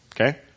Okay